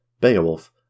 Beowulf